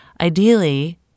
Ideally